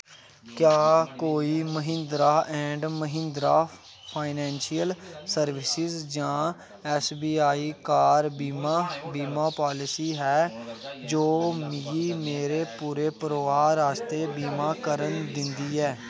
क्या कोई Mahindra and Mahindra financial services जां ऐस्स बी आई कार बीमा बीमा पालसी है जो मिगी मेरे पूरे परोआर आस्तै बीमा करन दिंदी ऐ